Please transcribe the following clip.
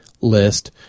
list